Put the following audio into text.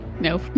No